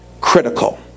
critical